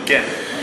כן.